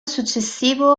successivo